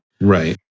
Right